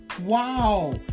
Wow